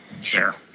Sure